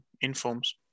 informs